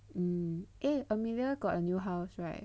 eh Amelia got a new house right